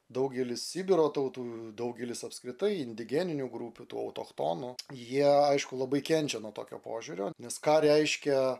daugelis sibiro tautų daugelis apskritai indigeninių grupių tų autochtonų jie aišku labai kenčia nuo tokio požiūrio nes ką reiškia